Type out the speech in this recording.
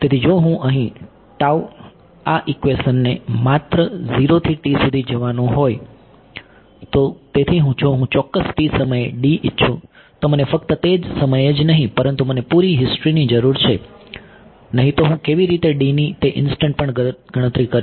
તેથી જો હું અહીં આ ઇક્વેશનને માત્ર 0 થી t સુધી જવાનું હોય તો તેથી જો હું ચોક્કસ સમયે ઇચ્છું તો મને ફક્ત તે સમયે જ નહીં પરંતુ મને પૂરી હિસ્ટ્રી ની જરૂર છે નહીં તો હું કેવી રીતે ની તે ઇન્સ્ટંટ પર ગણતરી કરીશ